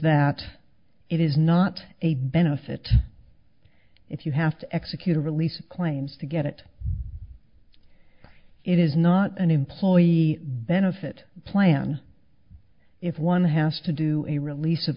that it is not a benefit if you have to execute a release claims to get it it is not an employee benefit plan if one has to do a release of